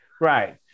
Right